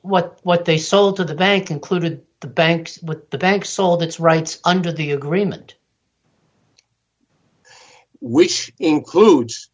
what what they sold to the bank included the banks with the bank sold its rights under the agreement which includes